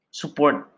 support